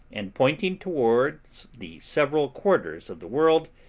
and pointing towards the several quarters of the world,